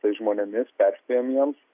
tais žmonėmis perspėjam jiems